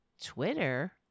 Twitter